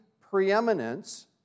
preeminence